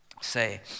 say